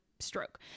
stroke